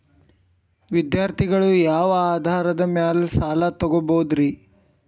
ವಿದ್ಯಾರ್ಥಿಗಳು ಯಾವ ಆಧಾರದ ಮ್ಯಾಲ ಸಾಲ ತಗೋಬೋದ್ರಿ?